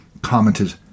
commented